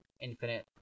infinite